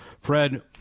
Fred